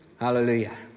Hallelujah